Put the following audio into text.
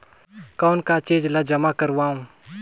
कौन का चीज ला जमा करवाओ?